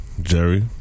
Jerry